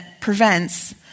prevents